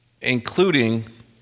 including